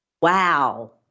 Wow